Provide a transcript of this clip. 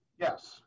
Yes